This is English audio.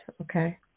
okay